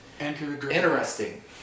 Interesting